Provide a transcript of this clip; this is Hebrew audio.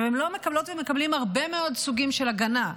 עכשיו הם לא מקבלות ומקבלים הרבה מאוד סוגים של הגנה,